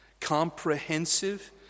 comprehensive